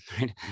right